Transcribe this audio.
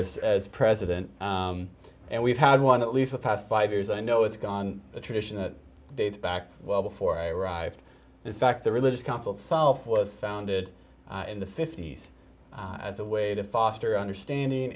years as president and we've had one at least the past five years i know it's gone a tradition that dates back well before i arrived in fact the religious council self was founded in the fifty's as a way to foster understanding